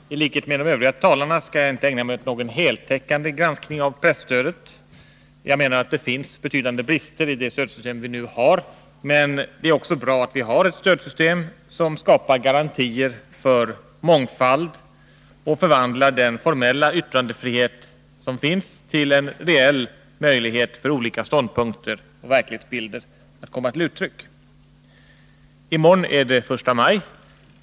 Herr talman! I likhet med de övriga talarna skall jag inte ägna mig åt någon heltäckande granskning av presstödet. Det finns betydande brister i det stödsystem vi nu har, men det är bra att vi har ett stödsystem som skapar garantier för mångfald och förvandlar den formella yttrandefriheten till en reell möjlighet för olika ståndpunkter och verklighetsbilder att komma till uttryck. I morgon är det första maj.